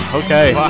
okay